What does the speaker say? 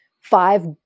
five